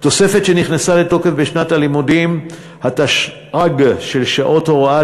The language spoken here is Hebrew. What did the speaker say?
"תוספת שנכנסה לתוקף בשנת הלימודים התשע"ג של שעות הוראה,